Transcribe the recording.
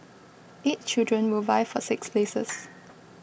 eight children will vie for six places